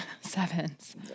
sevens